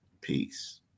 Peace